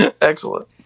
Excellent